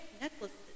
necklaces